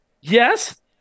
Yes